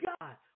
God